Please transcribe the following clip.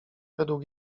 według